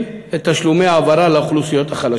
את תשלומי ההעברה לאוכלוסיות החלשות.